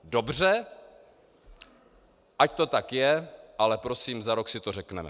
Dobře, ať to tak je, ale prosím, za rok si to řekneme.